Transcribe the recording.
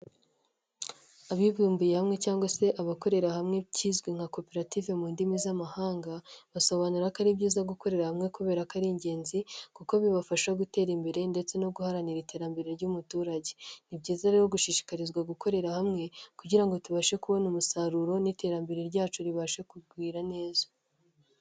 Abibumbiye hamwe cyangwa se abakorera hamwe, ikiizwi nka koperative mu ndimi z'amahanga, basobanura ko ari byiza gukorera hamwe kubera ko ari ingenzi, kuko bibafasha gutera imbere ndetse no guharanira iterambere ry'umuturage. Ni byiza rero gushishikarizwa gukorera hamwe kugira ngo tubashe kubona umusaruro n'iterambere ryacu ribashe kugwira neza.